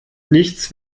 nichts